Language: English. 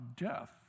death